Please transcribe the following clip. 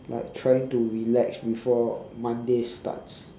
like trying to relax before monday starts